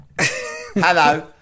Hello